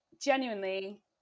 Genuinely